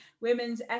Women's